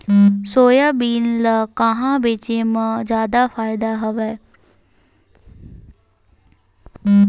Soybean ल कहां बेचे म जादा फ़ायदा हवय?